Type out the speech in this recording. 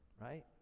right